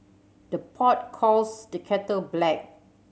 the pot calls the kettle black